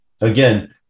again